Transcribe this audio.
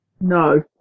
No